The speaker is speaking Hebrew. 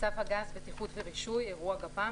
צו הגז (בטיחות ורישוי) (אירוע גפ"מ),